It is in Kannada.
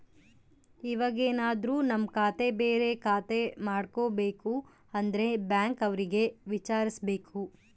ಇವಾಗೆನದ್ರು ನಮ್ ಖಾತೆ ಬೇರೆ ಖಾತೆ ಮಾಡ್ಬೇಕು ಅಂದ್ರೆ ಬ್ಯಾಂಕ್ ಅವ್ರಿಗೆ ವಿಚಾರ್ಸ್ಬೇಕು